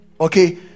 okay